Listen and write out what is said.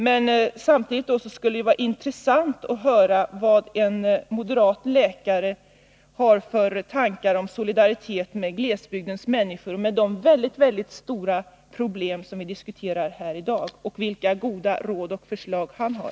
Men det skulle vara intressant att höra vad en moderat läkare har för tankar om solidariteten med glesbygdens människor — med deras väldigt stora problem, som vi diskuterar här i dag — och vilka goda råd och förslag han har.